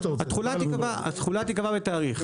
התחולה תקבע בתאריך,